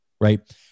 right